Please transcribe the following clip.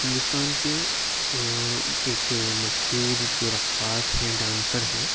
ہندوستان کے ایک مشہور جو رقاص ہیں ڈانسر ہیں